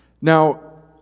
Now